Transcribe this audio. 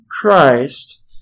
Christ